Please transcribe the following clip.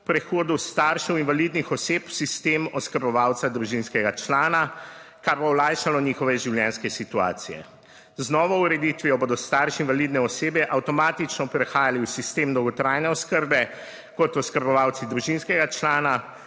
prehodu staršev invalidnih oseb v sistem oskrbovalca družinskega člana, kar bo olajšalo njihove življenjske situacije. Z novo ureditvijo bodo starši invalidne osebe avtomatično prehajali v sistem dolgotrajne oskrbe kot oskrbovalci družinskega člana